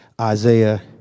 Isaiah